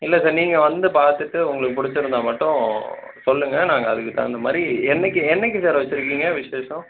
இல்லை சார் நீங்கள் வந்து பார்த்துட்டு உங்களுக்கு பிடிச்சிருந்தா மட்டும் சொல்லுங்கள் நாங்கள் அதுக்கு தகுந்தமாதிரி என்னக்கு என்னக்கு சார் வைச்சிருக்கீங்க விஷேசம்